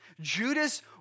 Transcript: Judas